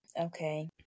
Okay